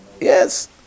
yes